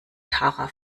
tara